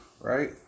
right